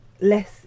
less